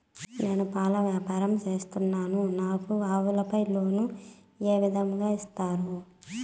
నేను పాల వ్యాపారం సేస్తున్నాను, నాకు ఆవులపై లోను ఏ విధంగా ఇస్తారు